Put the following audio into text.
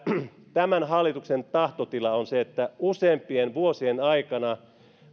tämän hallituksen tahtotila on se että useampien vuosien aikana